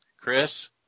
Chris